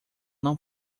não